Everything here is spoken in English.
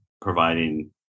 providing